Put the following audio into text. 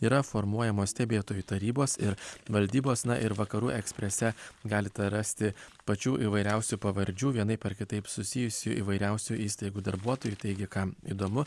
yra formuojamos stebėtojų tarybos ir valdybos na ir vakarų eksprese galite rasti pačių įvairiausių pavardžių vienaip ar kitaip susijusių įvairiausių įstaigų darbuotojų taigi kam įdomu